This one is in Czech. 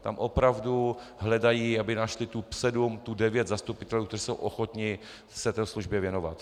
Tam opravdu hledají, aby našli tu sedm, tu devět zastupitelů, kteří jsou ochotni se té službě věnovat.